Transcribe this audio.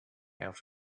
out